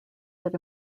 that